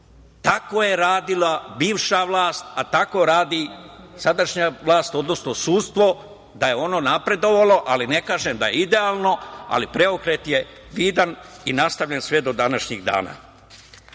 Tako je radila bivša vlast, a tako radi sadašnja vlast, odnosno sudstvo. Da je ono napredovalo, ali ne kažem da je idealno, ali preokret je vidan i nastavljen sve do današnjih dana. Ono